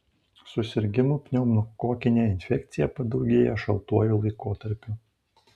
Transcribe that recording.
susirgimų pneumokokine infekcija padaugėja šaltuoju laikotarpiu